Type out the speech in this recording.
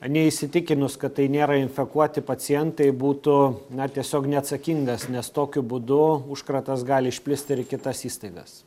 neįsitikinus kad tai nėra infekuoti pacientai būtų na tiesiog neatsakingas nes tokiu būdu užkratas gali išplisti ir į kitas įstaigas